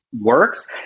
works